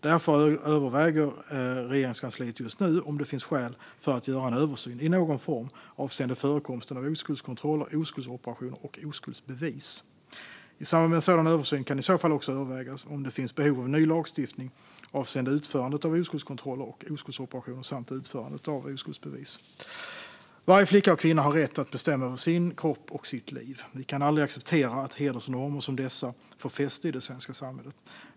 Därför överväger Regeringskansliet nu om det finns skäl för att göra en översyn, i någon form, avseende förekomsten av oskuldskontroller, oskuldsoperationer och oskuldsbevis. I samband med en sådan översyn kan det i så fall också övervägas om det finns behov av ny lagstiftning avseende utförandet av oskuldskontroller och oskuldsoperationer samt utfärdandet av oskuldsbevis. Varje flicka och kvinna har rätt att bestämma över sin kropp och sitt liv. Vi kan aldrig acceptera att hedersnormer som dessa får fäste i det svenska samhället.